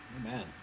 amen